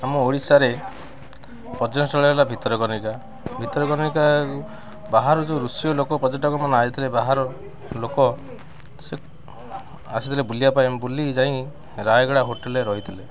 ଆମ ଓଡ଼ିଶାରେ ପର୍ଯ୍ୟଟନସ୍ଥଳୀ ହେଲା ଭିତରକନିକା ଭିତରକନିକା ବାହାରୁ ଯୋଉ ଋଷିୟ ଲୋକ ପର୍ଯ୍ୟଟକମାନେ ଆସିଥିଲେ ବାହାର ଲୋକ ସେ ଆସିଥିଲେ ବୁଲିବା ପାଇଁ ବୁଲିକି ଯାଇ ରାୟଗଡ଼ା ହୋଟେଲ୍ରେ ରହିଥିଲେ